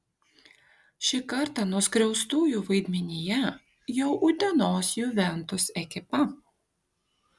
šį kartą nuskriaustųjų vaidmenyje jau utenos juventus ekipa